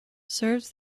serves